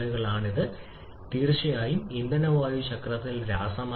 6 വർദ്ധിക്കുന്നുവെന്നും എനിക്ക് മൈനസ് ചിഹ്നമുണ്ട്